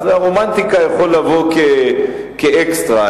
רומנטיקה יכולה לבוא כאקסטרה,